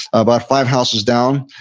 about five houses down,